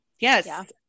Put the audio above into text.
yes